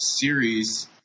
series